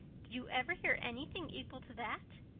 did you ever hear anything equal to that?